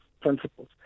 principles